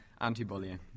Anti-bullying